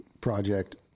project